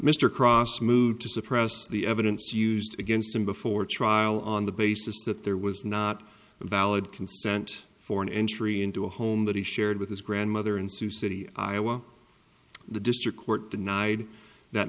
mr cross mood to suppress the evidence used against him before trial on the basis that there was not a valid consent for an entry into a home that he shared with his grandmother in sioux city iowa the district court denied that